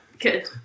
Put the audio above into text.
good